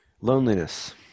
Loneliness